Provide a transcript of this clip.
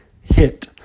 hit